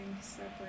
separate